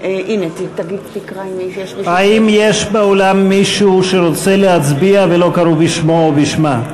האם יש באולם מישהו שרוצה להצביע ולא קראו בשמו או בשמה?